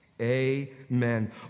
Amen